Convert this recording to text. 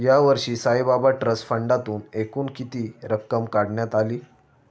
यावर्षी साईबाबा ट्रस्ट फंडातून एकूण किती रक्कम काढण्यात आली?